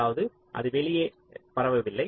அதாவது அது வெளியே பரவவில்லை